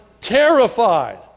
terrified